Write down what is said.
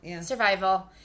Survival